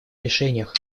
решениях